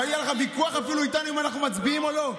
ואפילו היה לך ויכוח איתנו אם אנחנו מצביעים או לא.